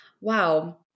wow